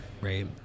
right